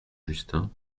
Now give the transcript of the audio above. justin